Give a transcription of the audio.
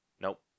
Nope